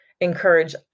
encourage